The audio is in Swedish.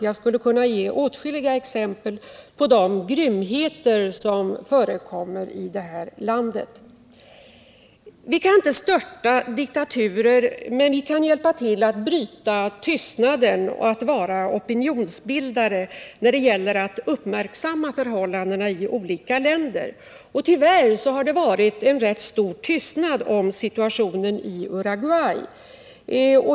Jag skulle kunna ge åtskilliga exempel på de grymheter som förekommer i detta land. Vi kan inte störta diktaturer, men vi kan hjälpa till att bryta tystnaden och vara opinionsbildare när det gäller att uppmärksamma förhållandena i olika länder. Tyvärr har tystnaden varit rätt stor om situationen i Uruguay.